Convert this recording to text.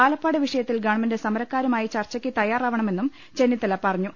ആലപ്പാട് വിഷയത്തിൽ ഗവൺമെന്റ് സമരക്കാരുമായി ചർച്ചയ്ക്ക് തയ്യാറാവണമെന്നും ചെന്നിത്തല പറഞ്ഞു